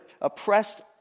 oppressed